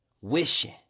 wishing